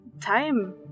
time